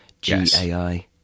GAI